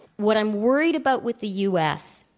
what i'm worried about with the u. s.